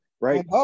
right